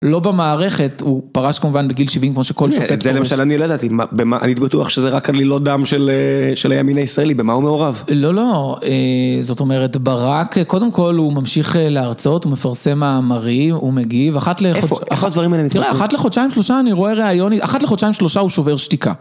לא במערכת, הוא פרש כמובן בגיל 70, כמו שכל שופט שומש. זה למשל אני ילדתי, אני בטוח שזה רק על עלילות דם של הימין הישראלי, במה הוא מעורב? לא, לא, זאת אומרת, ברק, קודם כל הוא ממשיך להרצאות, הוא מפרסם מאמרים, הוא מגיב. איפה, איפה הדברים האלה נכנסו? תראה, אחת לחודשיים שלושה אני רואה רעיוני, אחת לחודשיים שלושה הוא שובר שתיקה.